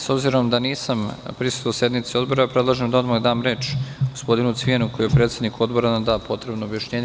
S obzirom da nisam prisustvovao sednici Odbora, predlažem da odmah dam reč gospodinu Cvijanu, koji je predsednik Odbora i da nam da potrebno objašnjenje.